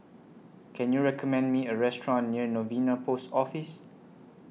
Can YOU recommend Me A Restaurant near Novena Post Office